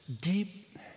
deep